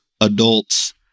adults